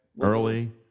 Early